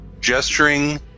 gesturing